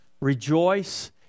rejoice